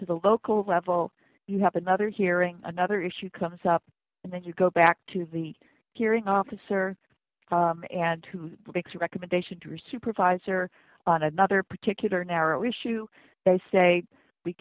to the local level you have another hearing another issue comes up and then you go back to the hearing officer and who makes a recommendation to your supervisor on another particular narrow issue they say we